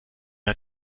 hat